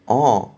orh